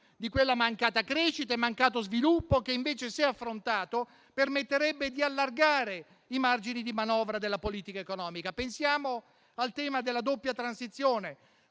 di quella mancata crescita e mancato sviluppo che invece, se affrontati, permetterebbero di allargare i margini di manovra della politica economica. Pensiamo al tema della doppia transizione,